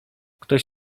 ktoś